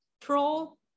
troll